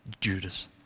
Judas